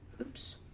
Oops